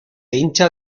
hincha